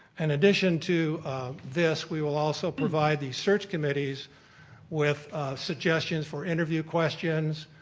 and addition to this we will also provide the search committees with suggestions for interview questions.